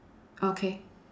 okay